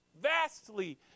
Vastly